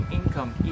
income